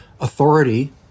authority